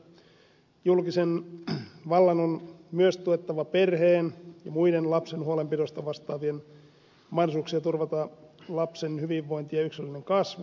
julkisen vallan on myös tuettava perheen ja muiden lapsen huolenpidosta vastaavien mahdollisuuksia turvata lapsen hyvinvointi ja yksilöllinen kasvu